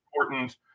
important